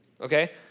Okay